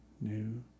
new